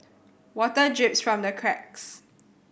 water drips from the cracks